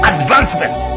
Advancement